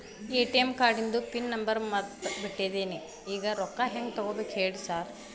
ATM ಕಾರ್ಡಿಂದು pin number ಮರ್ತ್ ಬಿಟ್ಟಿದೇನಿ ಈಗ ರೊಕ್ಕಾ ಹೆಂಗ್ ತೆಗೆಬೇಕು ಹೇಳ್ರಿ ಸಾರ್